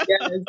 Yes